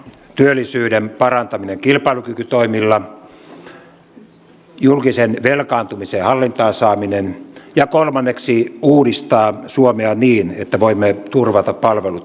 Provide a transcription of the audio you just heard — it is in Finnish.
työllisyyden parantaminen kilpailukykytoimilla julkisen velkaantumisen hallintaan saaminen ja kolmanneksi uudistaa suomea niin että voimme turvata palvelut myös tulevaisuudessa